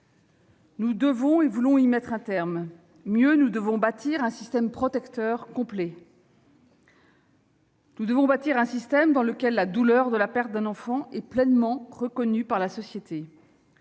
Nous devons et voulons y mettre un terme. Mieux, nous devons bâtir un système protecteur et complet. Nous devons bâtir un système dans lequel la douleur de la perte d'un enfant est pleinement reconnue par la société.